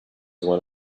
one